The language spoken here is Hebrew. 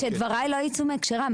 שדבריי לא יצאו מהקשריי.